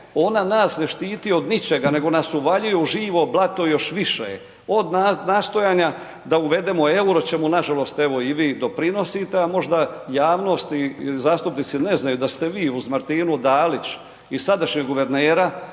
ona nas ne štiti od ničega nego nas uvaljuje u živo blato još više, od nastojanja da uvedemo EUR-o ćemo nažalost evo i vi doprinosite, a možda javnost i zastupnici ne znaju da ste vi uz Martinu Dalić i sadašnjeg guvernera,